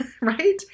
right